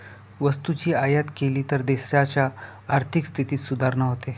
वस्तूची आयात केली तर देशाच्या आर्थिक स्थितीत सुधारणा होते